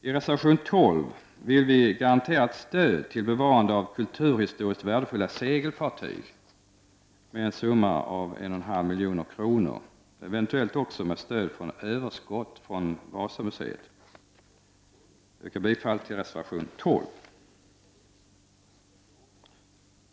I reservation 12 framhåller vi att stöd bör garanteras för bevarande av kulturhistoriskt värdefulla segelfartyg genom ett bidrag om 1,5 milj.kr. för ändamålet, eventuellt också med bidrag från överskott från Vasamuseet. Jag yrkar bifall till reservation 12.